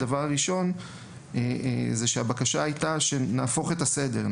הדבר הראשון הוא בקשה שנהפוך את הסדר,